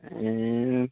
ए